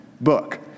book